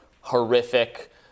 horrific